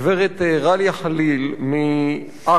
גברת גאליה חליל מעכו.